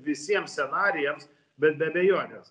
visiems scenarijams bet be abejonės